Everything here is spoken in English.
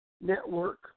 Network